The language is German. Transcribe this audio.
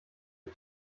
für